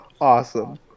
Awesome